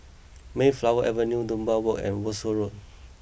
Mayflower Avenue Dunbar Walk and Wolskel Road